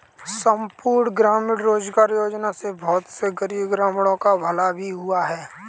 संपूर्ण ग्रामीण रोजगार योजना से बहुत से गरीब ग्रामीणों का भला भी हुआ है